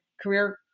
career